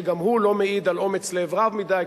שגם הוא לא מעיד על אומץ לב רב מדי.